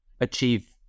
achieve